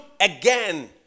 again